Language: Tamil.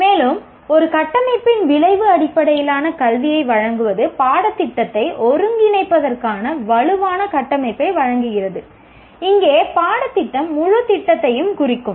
மேலும் ஒரு கட்டமைப்பின் விளைவு அடிப்படையிலான கல்வியை வழங்குவது பாடத்திட்டத்தை ஒருங்கிணைப்பதற்கான வலுவான கட்டமைப்பை வழங்குகிறது இங்கே பாடத்திட்டம் முழு திட்டத்தையும் குறிக்கும்